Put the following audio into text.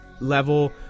level